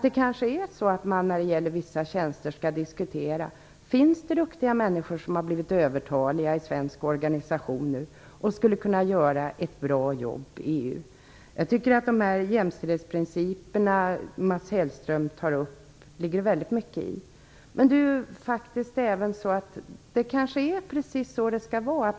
Det kanske är så att man när det gäller vissa tjänster skall diskutera: Finns det duktiga människor som har blivit övertaliga i svensk organisation som skulle kunna göra ett bra jobb i EU? Jag tycker att det ligger väldigt mycket i jämställdhetsprinciperna som Mats Hellström talar om. Det kanske är precis så det skall vara.